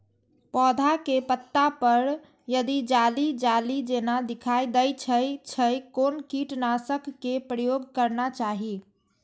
पोधा के पत्ता पर यदि जाली जाली जेना दिखाई दै छै छै कोन कीटनाशक के प्रयोग करना चाही?